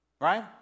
Right